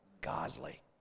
godly